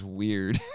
weird